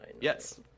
Yes